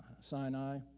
Sinai